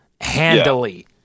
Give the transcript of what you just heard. handily